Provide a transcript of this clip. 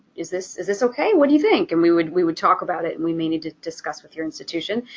is this is this okay? what do you think? and we would we would talk about it and we may need to discuss with your institution.